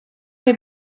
wir